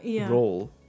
role